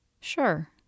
Sure